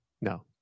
No